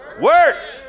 Work